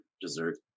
dessert